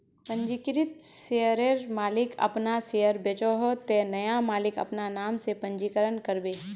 पंजीकृत शेयरर मालिक अपना शेयर बेचोह ते नया मालिक अपना नाम से पंजीकरण करबे